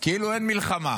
כאילו אין מלחמה.